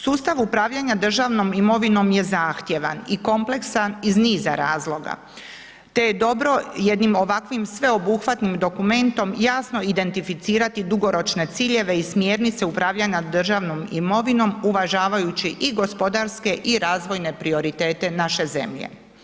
Sustav upravljanja državnom imovinom je zahtjevan i kompleksan iz niza razloga te je dobro jednim ovakvim sveobuhvatnim dokumentom jasno identificirati dugoročne ciljeve i smjernice upravljanja državnom imovinom uvažavajući i gospodarske i razvojne prioritete naše zemlje.